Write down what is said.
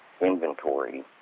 inventory